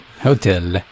Hotel